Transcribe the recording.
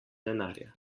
denarja